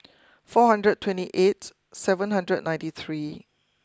four hundred twenty eight seven hundred ninety three